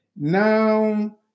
Now